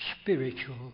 spiritual